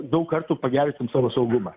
daug kartų pagerinsim saugumą